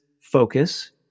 focus